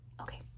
Okay